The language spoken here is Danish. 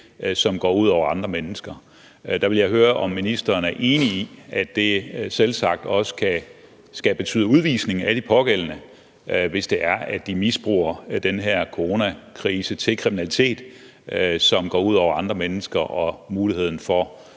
som går ud over andre mennesker. Der vil jeg høre, om ministeren er enig i, at det selvsagt også skal betyde udvisning af de pågældende, hvis det er, at de misbruger den her coronakrise til kriminalitet, som går ud over andre mennesker og muligheden for